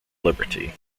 liberty